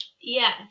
Yes